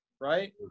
right